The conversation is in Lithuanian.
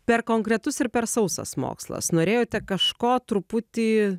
per konkretus ir per sausas mokslas norėjote kažko truputį